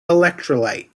electrolyte